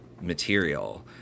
material